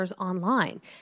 online